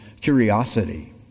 curiosity